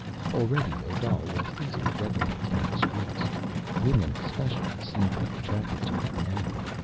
already odal was easily recognized on the streets women especially seemed to be attracted to him now.